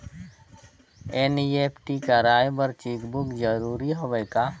NEFT कराय बर cheque book जरूरी हवय का?